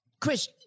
Chris